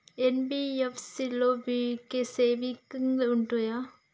NBFC లో savings ఉంటయా?